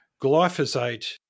glyphosate